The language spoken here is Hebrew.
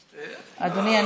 אדוני,